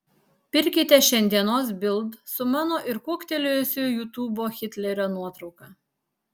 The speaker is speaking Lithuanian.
pirkite šiandienos bild su mano ir kuoktelėjusio jutubo hitlerio nuotrauka